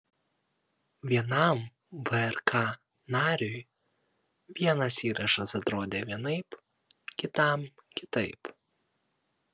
vienam vrk nariui vienas įrašas atrodė vienaip kitam kitaip